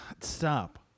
stop